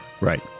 Right